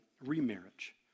remarriage